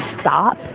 stop